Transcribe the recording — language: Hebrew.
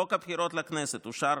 חוק הבחירות לכנסת אושר,